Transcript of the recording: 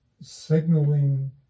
signaling